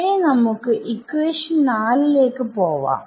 ഇനി നമുക്ക് ഇക്വേഷൻ നാലിലേക്ക് പോവാം